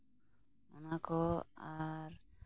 ᱚᱱᱟ ᱠᱚ ᱟᱨ